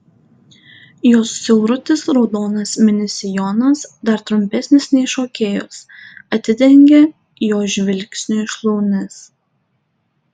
jos siaurutis raudonas mini sijonas dar trumpesnis nei šokėjos atidengia jo žvilgsniui šlaunis